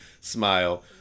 smile